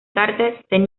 carter